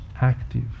active